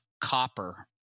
copper